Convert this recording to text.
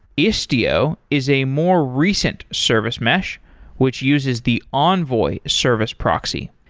istio is a more recent service mesh which uses the envoy service proxy.